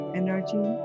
energy